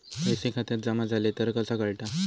पैसे खात्यात जमा झाले तर कसा कळता?